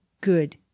Good